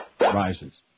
rises